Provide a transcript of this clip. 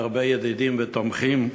הרבה ידידים ותומכים,